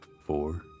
four